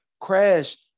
crash